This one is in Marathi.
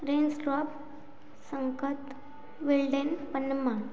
रेन्सड्रॉप संकत विल्डेन पन्नम्मा